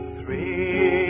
three